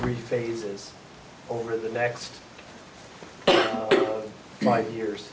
three phases over the next five years